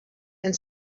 and